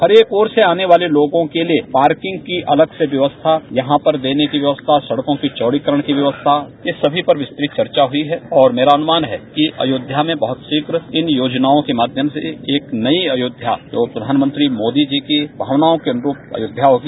हर एक और से आने वाले लोगों के लिए पार्किंग की अलग से व्यवस्था यहां पर देने की व्यवस्था सड़कों के चौड़ीकरण की व्यवस्था ये सभी पर विस्तृत चर्चा हुई है और मेरा अनुमान है कि अयोध्या में बहुत शीघ्र इन योजनाओं के माध्यम से एक नई अयोध्या जो प्रधानमंत्री मोदी जी की भावनाओं के अनुरूप अयोध्या होगी